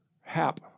Hap